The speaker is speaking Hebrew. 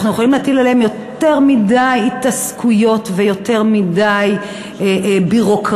אנחנו יכולים להטיל עליהם יותר מדי התעסקויות ויותר מדי ביורוקרטיה